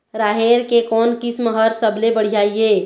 राहेर के कोन किस्म हर सबले बढ़िया ये?